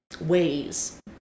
ways